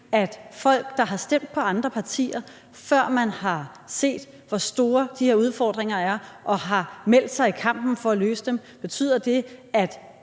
danskere, der har stemt på partier, før man har set, hvor store de her udfordringer er, men som har meldt sig ind i kampen for at løse dem, i